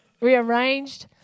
rearranged